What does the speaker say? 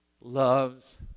loves